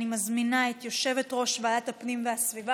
אני מזמינה את יושבת-ראש ועדת הפנים והסביבה